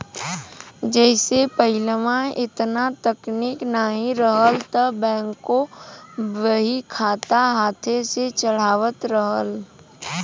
जइसे पहिलवा एतना तकनीक नाहीं रहल त बैंकों बहीखाता हाथे से चढ़ावत रहल